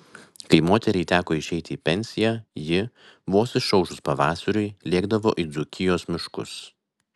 kai moteriai teko išeiti į pensiją ji vos išaušus pavasariui lėkdavo į dzūkijos miškus